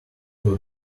who